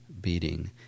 beating